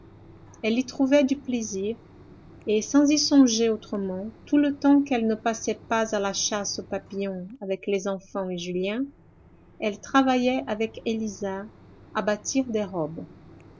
elle y trouvait du plaisir et sans y songer autrement tout le temps qu'elle ne passait pas à la chasse aux papillons avec les enfants et julien elle travaillait avec élisa à bâtir des robes